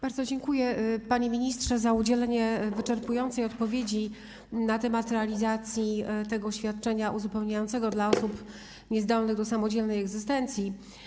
Bardzo dziękuję, panie ministrze, za udzielenie wyczerpującej odpowiedzi na temat realizacji świadczenia uzupełniającego dla osób niezdolnych do samodzielnej egzystencji.